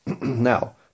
Now